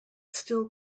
still